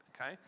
okay